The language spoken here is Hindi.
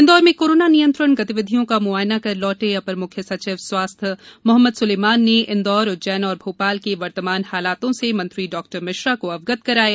इंदौर में कोरोना नियंत्रण गतिविधियों का मुआयना कर लौटे अपर मुख्य सचिव स्वास्थ्य मोहम्मद सुलेमान ने इंदौर उज्जैन और भोपाल के वर्तमान हालातों से मंत्री डॉक्टर मिश्रा को अवगत कराया